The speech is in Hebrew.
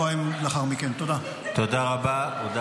לך, חבר הכנסת שוסטר, ותודה לכולם.